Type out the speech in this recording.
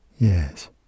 Yes